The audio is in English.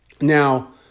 Now